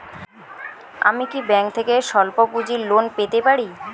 আমি কি ব্যাংক থেকে স্বল্প পুঁজির লোন পেতে পারি?